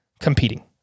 competing